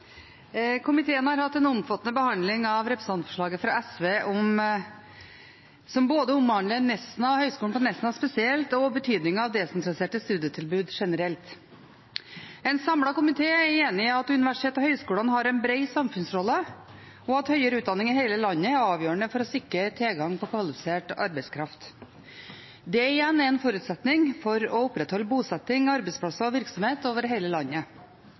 Komiteen har hatt en omfattende behandling av representantforslaget fra SV, som omhandler både Høgskolen i Nesna spesielt og betydningen av desentraliserte studietilbud generelt. En samlet komité er enige om at universitetene og høyskolene har en bred samfunnsrolle, og at høyere utdanning i hele landet er avgjørende for å sikre tilgang på kvalifisert arbeidskraft. Det igjen er en forutsetning for å opprettholde bosetting, arbeidsplasser og virksomhet over hele landet.